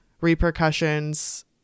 repercussions